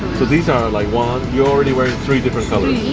so these are like one, you're already wearing three different colours.